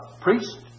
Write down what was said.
priest